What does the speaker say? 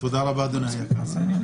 תודה רבה, אדוני היקר.